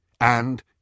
and